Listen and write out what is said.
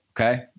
Okay